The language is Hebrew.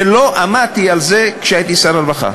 שלא עמדתי על זה כשהייתי שר רווחה.